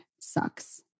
sucks